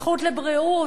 הזכות לבריאות,